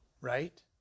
Right